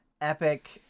epic